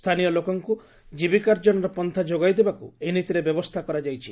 ସ୍ଥାନୀୟ ଲୋକଙ୍କ ଜୀବିକାର୍ଜନର ପନ୍ନା ଯୋଗାଇ ଦେବାକୁ ଏହି ନୀତିରେ ବ୍ୟବସ୍ଥା କରାଯାଇଛି